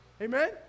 Amen